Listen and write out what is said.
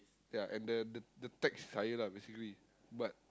ya and then the the tax is higher lah basically but